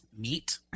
meat